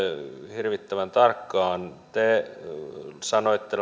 hirvittävän tarkkaan te sanoitte